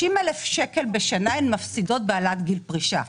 אלף שקלים בשנה הן מפסידות בהעלאת גיל פרישה.